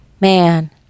Man